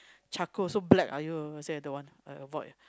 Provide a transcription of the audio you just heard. charcoal also black !aiyo! I said I don't want I avoid